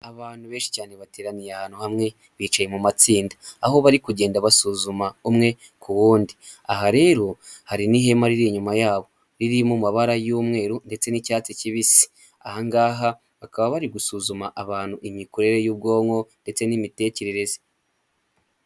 Abantu benshi cyane bateraniye ahantu hamwe bicaye mu matsinda, aho bari kugenda basuzuma umwe ku wundi. Aha rero hari n'ihema riri inyuma yabo riri mu mabara y'umweru ndetse n'icyatsi kibisi. Ahangaha bakaba bari gusuzuma abantu imikorere y'ubwonko ndetse n'imitekerereze.